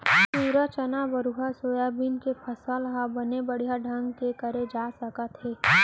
तिंवरा, चना, बहुरा, सोयाबीन के फसल ह बने बड़िहा ढंग ले करे जा सकत हे